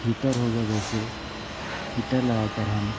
heater हो गया जैसे हीटर लगाकर हम